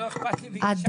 לא אכפת לי מאישה?